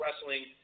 Wrestling